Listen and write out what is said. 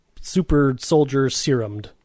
super-soldier-serumed